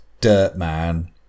Dirtman